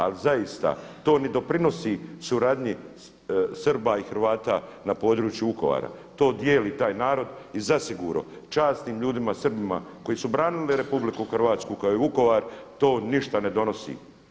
Ali zaista to ne doprinosi suradnji Srba i Hrvata na području Vukovara, to dijeli taj narod i zasigurno časnim ljudima Srbima koji su branili RH kao i Vukovar to ništa ne donosi.